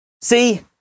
see